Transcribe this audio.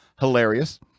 hilarious